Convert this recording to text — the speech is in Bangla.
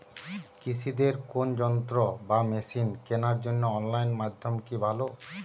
কৃষিদের কোন যন্ত্র বা মেশিন কেনার জন্য অনলাইন মাধ্যম কি ভালো?